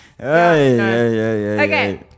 Okay